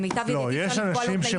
למיטב ידיעתי, אפשר לקבוע לו תנאים מגבילים.